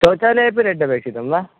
शौचालयेपि रेड् अपेक्षितं वा